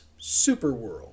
Superworld